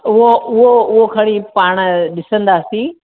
उहो उहो उहो खणी पाण ॾिसंदा सी